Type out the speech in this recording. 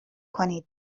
کنید